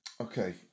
Okay